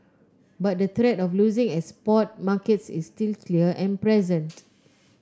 but the threat of losing export markets is still clear and present